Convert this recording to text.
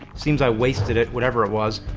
seems i wasted it, whatever it was.